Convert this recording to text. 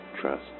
trust